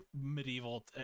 medieval